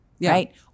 Right